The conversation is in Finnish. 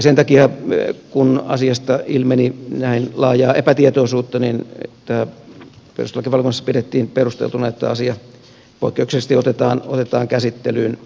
sen takia kun asiasta ilmeni näin laajaa epätietoisuutta perustuslakivaliokunnassa pidettiin perusteltuna että asia poikkeuksellisesti otetaan käsittelyyn uudemman kerran